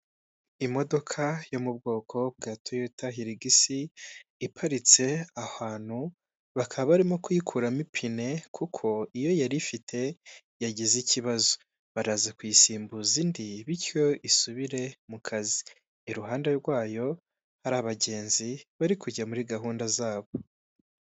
Ahantu bacuruza inzoga zitandukanye bigaragara ko ari akabari, imbere hari televiziyo nziza nini ya furati, hakaba harimo amacupa menshi atandukanye y'inzoga, ikindi kandi hakaba hari udutebe twiza turi ku murongo ndetse n'ameza meza y'umukara bimwe bita kontwari.